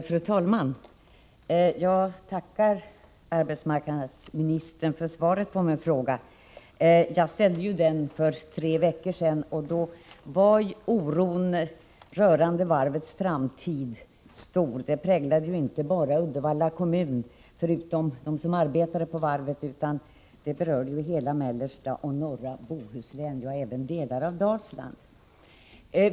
Fru talman! Jag tackar arbetsmarknadsministern för svaret på min fråga. Jag ställde den för tre veckor sedan, och då var oron rörande varvets framtid stor; den inte bara präglade dem som arbetar på varvet och Uddevalla kommun utan berörde hela mellersta och norra Bohuslän, ja, även delar av Dalsland.